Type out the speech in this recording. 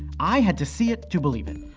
i had to see it to believe it.